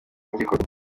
impyiko